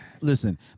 Listen